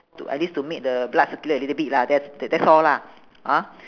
to at least to make the blood circulate a little bit lah that's tha~ that's all lah hor